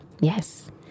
Yes